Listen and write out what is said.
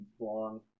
long